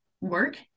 work